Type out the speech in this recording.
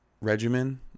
regimen